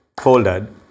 folded